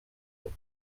wird